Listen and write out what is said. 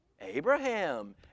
Abraham